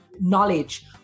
Knowledge